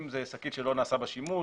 אם זה שקית שלא נעשה בה שימוש.